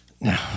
no